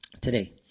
Today